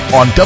on